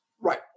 Right